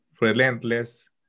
relentless